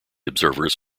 observers